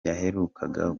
yaherukaga